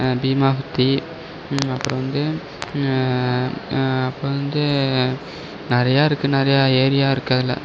ஆ அப்றம் வந்து அப்றம் வந்து நிறையா இருக்குது நிறையா ஏரியா இருக்குது அதில்